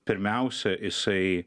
pirmiausia jisai